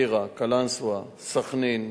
טירה, קלנסואה, סח'נין,